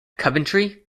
coventry